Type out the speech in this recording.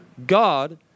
God